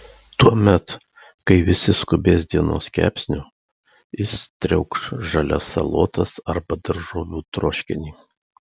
tuomet kai visi skubės dienos kepsnio jis triaukš žalias salotas arba daržovių troškinį